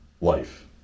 life